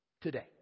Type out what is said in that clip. today